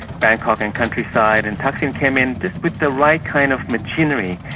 bangkok and countryside, and thaksin came in with the right kind of machinery,